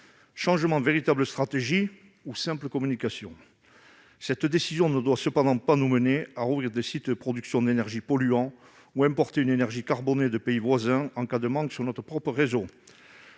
changement de stratégie ou d'un simple effet de communication, cette décision ne doit pas nous mener à rouvrir des sites de production d'énergies polluantes ou à importer une énergie carbonée de pays voisins en cas de manque sur notre propre réseau.